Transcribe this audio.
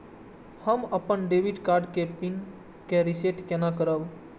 हम अपन debit card के पिन के रीसेट केना करब?